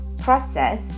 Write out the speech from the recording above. process